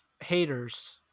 haters